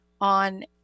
on